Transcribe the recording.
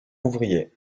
ouvriers